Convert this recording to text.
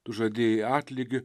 tu žadėjai atlygį